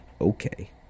okay